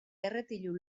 erretilu